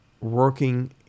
working